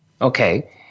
okay